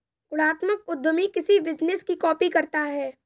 गुणात्मक उद्यमी किसी बिजनेस की कॉपी करता है